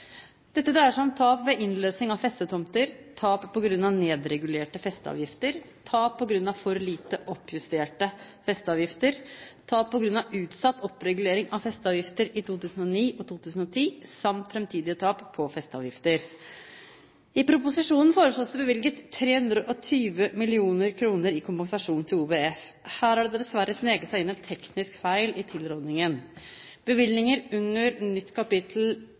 Dette dreier seg om tap ved innløsing av festetomter, tap på grunn av nedregulerte festeavgifter, tap på grunn av for lite oppjusterte festeavgifter, tap på grunn av utsatt oppregulering av festeavgifter i 2009 og 2010, samt framtidige tap på festeavgifter. I proposisjonen foreslås det bevilget 320 mill. kr i kompensasjon til OVF. Her har det dessverre sneket seg inn en teknisk feil i tilrådingen. Bevilgningen under nytt